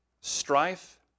strife